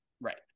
right